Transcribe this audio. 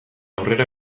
aurrera